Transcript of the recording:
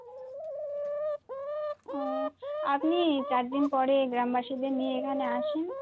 ও আপনি চার দিন পরে গ্রামবাসীদের নিয়ে এখানে আসেন